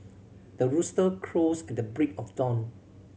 the rooster crows at the break of dawn